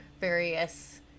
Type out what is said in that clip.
various